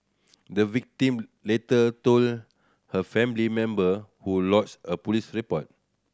the victim later told her family member who lodged a police report